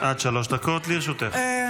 עד שלוש דקות לרשותך.